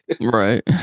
right